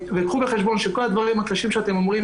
וקחו בחשבון שכל הדברים הקשים שאתם אומרים,